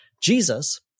Jesus